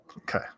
Okay